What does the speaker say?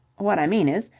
what i mean is,